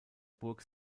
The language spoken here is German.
burg